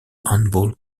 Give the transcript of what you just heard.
handball